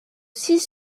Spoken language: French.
six